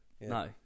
no